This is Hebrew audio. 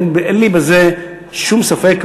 אין לי בזה שום ספק,